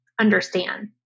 understand